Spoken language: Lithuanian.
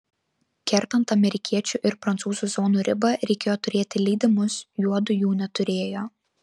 kertant amerikiečių ir prancūzų zonų ribą reikėjo turėti leidimus juodu jų neturėjo